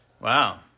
Wow